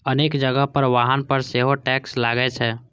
अनेक जगह पर वाहन पर सेहो टैक्स लागै छै